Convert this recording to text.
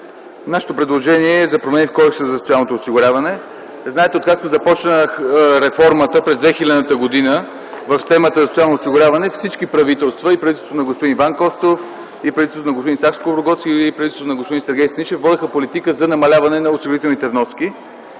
нашето предложение е за промени в Кодекса за социалното осигуряване. Знаете, откакто започна реформата през 2000 г. в системата за социално осигуряване, всички правителства – и правителството на господин Иван Костов, и правителството на господин Сакскобургготски, и правителството на Сергей Станишев, водиха политика за намаляване на осигурителните вноски.